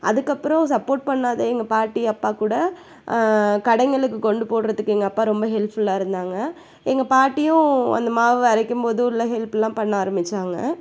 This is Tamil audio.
அதற்கப்பறம் சப்போட் பண்ணாத எங்கள் பாட்டி அப்பாக் கூட கடைங்களுக்கு கொண்டு போடுறதுக்கு எங்கள் அப்பா ரொம்ப ஹெல்ஃபுல்லாக இருந்தாங்க எங்கள் பாட்டியும் அந்த மாவு அரைக்கும்போது உள்ள ஹெல்ப்லாம் பண்ண ஆரம்பிச்சாங்க